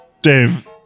Dave